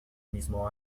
mismo